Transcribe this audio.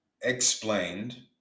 explained